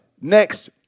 Next